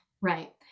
Right